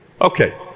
Okay